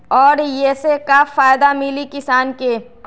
और ये से का फायदा मिली किसान के?